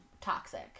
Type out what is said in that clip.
toxic